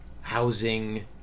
housing